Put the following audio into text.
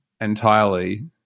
entirely